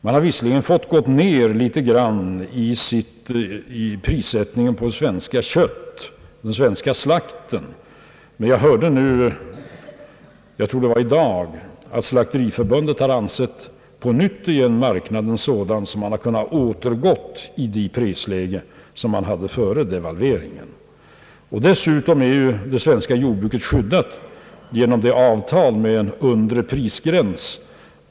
Man har visserligen fått gå ner litet i prissättningen på svenskt kött och svenska slaktdjur men jag har nu fått höra att Slakteriförbundet anser att marknaden åter är sådan att man har kunnat återgå till det prisläge som rådde före devalveringen. Dessutom är ju det svenska jordbruket skyddat genom ett avtal med en undre prisgräns.